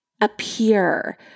appear